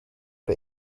but